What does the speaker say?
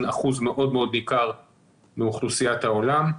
אחוז מאוד מאוד ניכר מאוכלוסיית העולם,